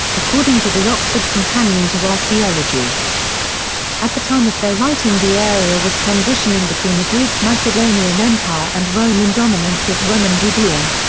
according to the oxford companion to archaeology at the time of their writing the area was transitioning between the greek macedonian empire and roman dominance as roman judea.